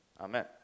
Amen